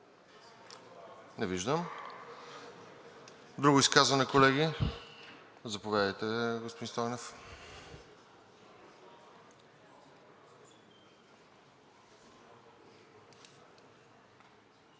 Не виждам. Друго изказване, колеги? Заповядайте, господин Стойнев.